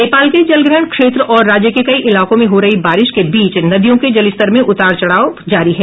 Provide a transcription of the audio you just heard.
नेपाल के जलग्रहण क्षेत्र और राज्य के कइ इलाकों में हो रही बारिश के बीच नदियों के जलस्तर में उतार चढ़ाव जारी है